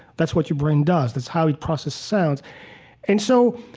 that's what your brain does. that's how it processes sounds and so,